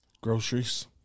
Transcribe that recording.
groceries